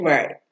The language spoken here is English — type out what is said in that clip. Right